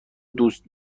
دوست